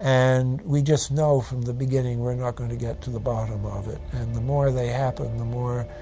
and we just know from the beginning. we're not gonna get to the bottom of it. and the more they happen, the more.